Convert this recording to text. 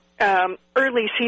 early-season